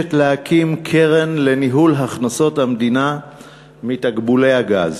מבקשת להקים קרן לניהול הכנסות המדינה מתקבולי הגז